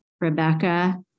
Rebecca